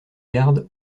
garde